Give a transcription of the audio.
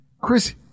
Chris